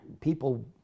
people